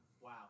Wow